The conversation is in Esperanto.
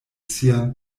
sian